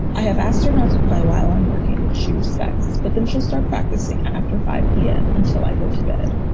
i have asked her not to play while i'm working, which she respects. but then she'll start practicing after five p m. until i go to bed.